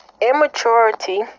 Immaturity